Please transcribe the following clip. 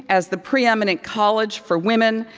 as the preeminent college for women,